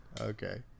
Okay